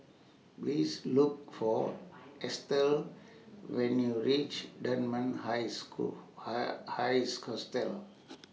Please Look For Estell when YOU REACH Dunman High School High High